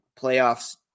playoffs